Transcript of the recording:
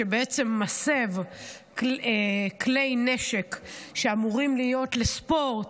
בעצם מסיבים כלי נשק שאמורים להיות לספורט,